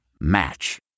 Match